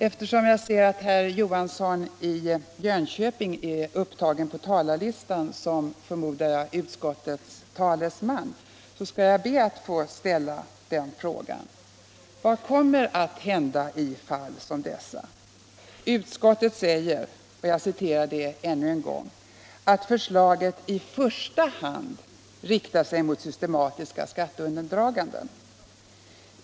Eftersom jag ser att herr Johansson i Jönköping står upptagen på talarlistan som — förmodar jag — utskottets talesman, skall jag be att få ställa den frågan till honom. Utskottet säger — jag framhåller det ännu en gång — att förslaget i första hand riktar sig mot systematiska skatteundandraganden.